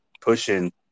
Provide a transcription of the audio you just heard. pushing